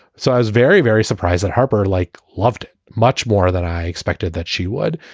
so i was very, very surprised at harper, like. loved much more than i expected that she would.